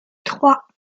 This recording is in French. trois